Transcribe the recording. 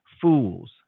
fools